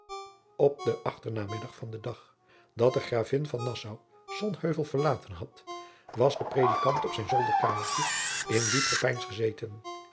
op den achtermiddag van den dag dat de gravin van nassau sonheuvel verlaten had was de predikant op zijn zolderkamertje in diep gepeins gezeten